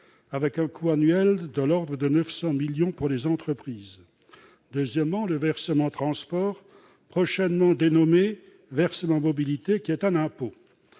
pour un coût annuel de l'ordre de 900 millions d'euros pour les entreprises ; deuxièmement, le versement transport, prochainement dénommé « versement mobilité », qui est un impôt.